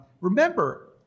Remember